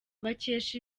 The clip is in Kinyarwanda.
bakesha